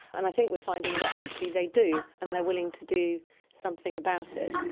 and i think we're finding that actually they do and they are willing to do something about it,